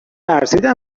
نرسیدم